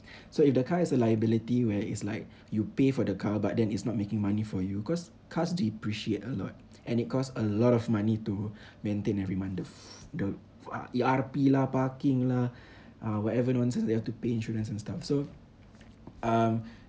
so if the car is a liability where it's like you pay for the car but then it's not making money for you cause cars depreciate a lot and it costs a lot of money to maintain every month the fu~ the uh E_R_P lah parking lah uh whatever nonsense you have to pay insurance and stuff so um